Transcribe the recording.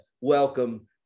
welcome